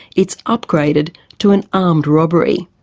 it's upgraded to an armed robbery.